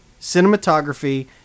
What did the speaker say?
cinematography